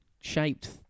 shaped